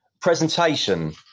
Presentation